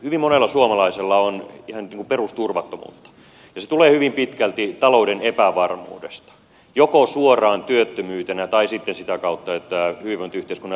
hyvin monella suomalaisella on ihan perusturvattomuutta ja se tulee hyvin pitkälti talouden epävarmuudesta joko suoraan työttömyytenä tai sitten sitä kautta että hyvinvointiyhteiskunnan rahoituspohja on heikko